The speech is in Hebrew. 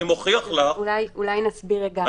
אולי נסביר רגע.